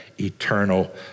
eternal